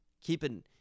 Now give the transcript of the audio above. Keeping